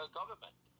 government